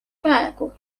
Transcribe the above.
praegu